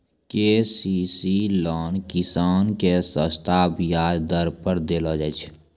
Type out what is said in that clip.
KCC loan किसान के सस्ता ब्याज दर पर देलो जाय छै